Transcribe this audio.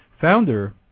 founder